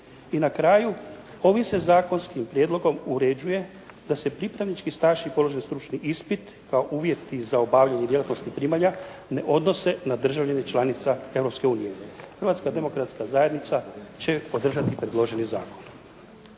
I na kraju ovim se zakonskim prijedlogom uređuje da se pripravnički staž i položen stručni ispit kao i uvjeti za obavljanje djelatnosti primalja ne odnose na državljane članica Europske unije. Hrvatska demokratska zajednica će podržati predloženi zakon.